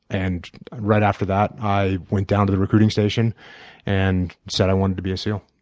and right after that, i went down to the recruiting station and said i wanted to be a seal.